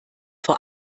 vor